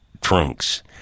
trunks